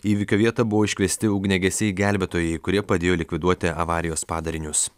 įvykio vietą buvo iškviesti ugniagesiai gelbėtojai kurie padėjo likviduoti avarijos padarinius